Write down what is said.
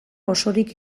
osorik